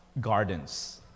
gardens